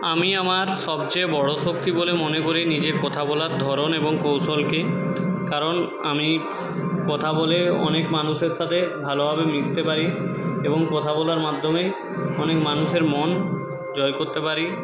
আমি আমার সবচেয়ে বড়ো শক্তি বলে মনে করি নিজের কথা বলার ধরন এবং কৌশলকে কারণ আমি কথা বলে অনেক মানুষের সাথে ভালোভাবে মিশতে পারি এবং কথা বলার মাধ্যমে অনেক মানুষের মন জয় করতে পারি